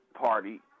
party